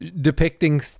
depicting